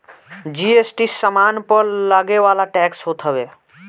GST सामान पअ लगेवाला टेक्स होत हवे